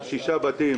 אנשי המז"פ,